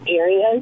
areas